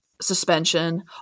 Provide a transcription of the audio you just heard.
suspension